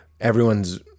everyone's